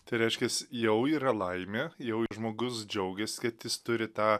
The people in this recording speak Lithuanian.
tai reiškias jau yra laimė jau žmogus džiaugias kad jis turi tą